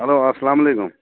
hello اَسلامُ علیکُم